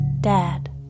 dad